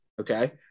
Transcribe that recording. Okay